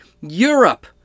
europe